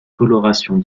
colorations